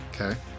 Okay